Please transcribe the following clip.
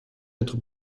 être